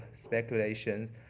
speculation